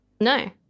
No